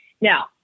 Now